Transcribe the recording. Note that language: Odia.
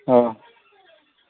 ହଁ